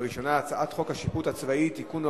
הראשונה היא הצעת חוק השיפוט הצבאי (תיקון,